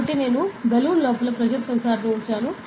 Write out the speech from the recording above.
కాబట్టి నేను బెలూన్ లోపల ప్రెజర్ సెన్సార్ను ఉంచాను